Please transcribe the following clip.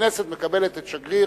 הכנסת מקבלת את שגריר